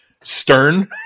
stern